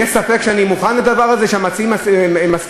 יש ספק בכך שאני מוכן לדבר הזה, שהמציעים מסכימים?